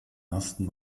ersten